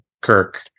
kirk